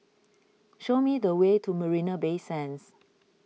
show me the way to Marina Bay Sands